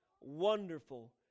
Wonderful